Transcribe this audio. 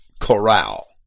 corral